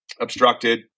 obstructed